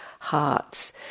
hearts